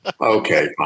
okay